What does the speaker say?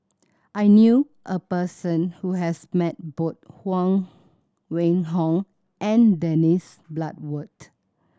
I knew a person who has met both Huang Wenhong and Dennis Bloodworth